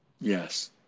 Yes